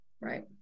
right